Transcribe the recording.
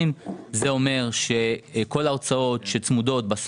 מה שאומר שההוצאות הצמודות למדד,